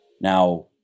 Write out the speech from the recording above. Now